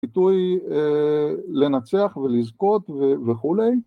פיתוי לנצח ולזכות וכולי